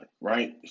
right